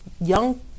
young